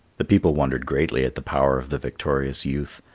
the people wondered greatly at the power of the victorious youth.